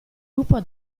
lupo